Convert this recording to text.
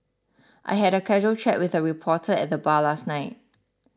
I had a casual chat with a reporter at the bar last night